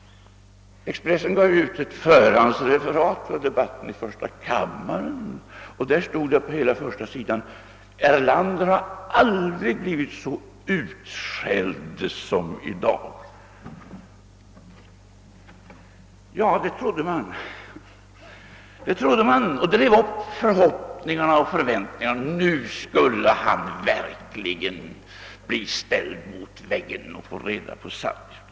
Expressen gav ut ett förhandsreferat av debatten i första kammaren, där det på hela första sidan stod: Erlander har aldrig blivit så utskälld som i dag. Det trodde man, och drev upp förhoppningarna och förväntningarna; nu skulle han verkligen bli ställd mot väggen och få reda på sanningen.